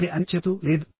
సరే అని చెప్తూ లేదు